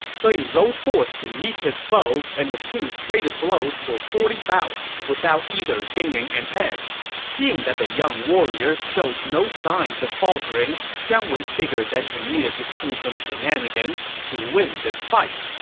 so he rode forth to meet his foe, and the two traded blows for forty bouts without either gaining an edge. seeing that the young warrior showed no signs of faltering, jiang wei figured he needed to pull some shenanigans to win this fight.